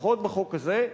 לפחות בחוק הזה,